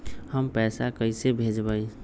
हम पैसा कईसे भेजबई?